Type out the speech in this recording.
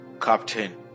Captain